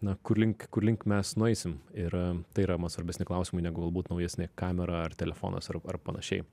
na kur link kur link mes nueisim ir tai yra man svarbesni klausimai negu galbūt naujesnė kamera ar telefonas ar ar panašiai